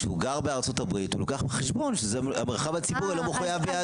כשהוא גר בארה"ב הוא לוקח בחשבון שהמרחב הציבורי לא מחויב ביהדות.